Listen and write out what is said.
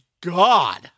God